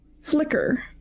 flicker